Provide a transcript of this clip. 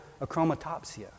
achromatopsia